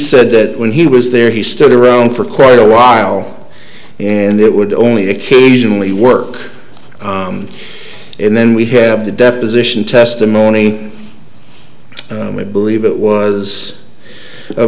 said that when he was there he stood around for quite a while and it would only occasionally work and then we have the deposition testimony i believe it was